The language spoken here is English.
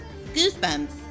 Goosebumps